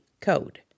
code